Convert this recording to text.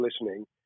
listening